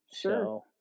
Sure